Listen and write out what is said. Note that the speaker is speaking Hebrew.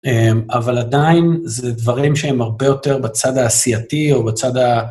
אהמ... אבל עדיין זה דברים שהם הרבה יותר בצד העשייתי או בצד ה...